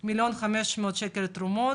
1.5 מיליון לתרומות,